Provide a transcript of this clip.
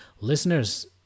listeners